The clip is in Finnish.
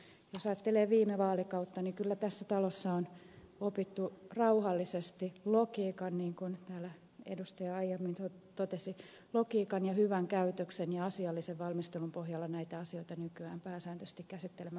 jos ajattelee viime vaalikautta niin kyllä tässä talossa on opittu rauhallisesti logiikan niin kuin täällä edustaja aiemmin totesi logiikan ja hyvän käytöksen ja asiallisen valmistelun pohjalla näitä asioita nykyään pääsääntöisesti käsittelemään